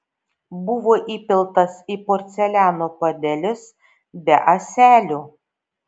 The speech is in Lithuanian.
buvo įpiltas į porceliano puodelius be ąselių